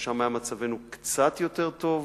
ושם היה מצבנו קצת יותר טוב.